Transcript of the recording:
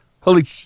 holy